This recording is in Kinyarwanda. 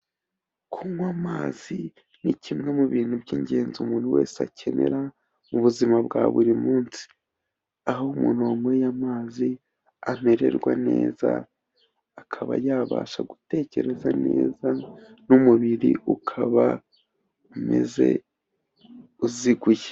Kunywa amazi ni kimwe mu bintu by'ingenzi umuntu wese akenera mu buzima bwa buri munsi. Aho umuntu wanyweye amazi amererwa neza, akaba yabasha gutekereza neza n'umubiri ukaba umeze uziguye.